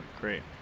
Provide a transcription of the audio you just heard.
great